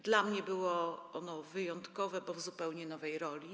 Dla mnie było ono wyjątkowe, bo jestem w zupełnie nowej roli.